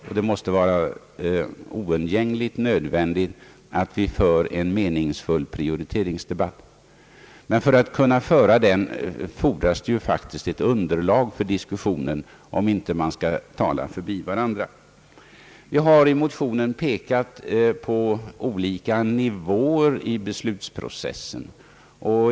Det måste därför vara oundgängligen nödvändigt att föra en meningsfull prioriteringsdebatt. Men för att kunna föra en sådan fordras det faktiskt ett underlag för diskussionen, om man inte skall tala förbi varandra. Vi har i motionen pekat på olika nivåer i beslutsprocessen.